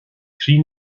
croí